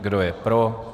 Kdo je pro?